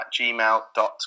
gmail.com